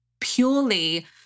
purely